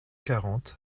quarante